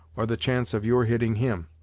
or the chance of your hitting him.